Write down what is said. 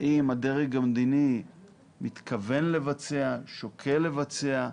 האם הדרג המדיני מתכוון לבצע, שוקל לבצע,